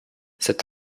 cet